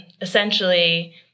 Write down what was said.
essentially